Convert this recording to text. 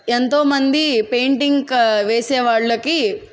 ఎంతోమంది పెయింటింగ్ క వేసే వాళ్ళకి